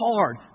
hard